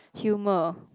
humour